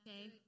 okay